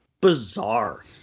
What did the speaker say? Bizarre